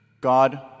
God